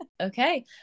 Okay